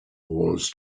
wars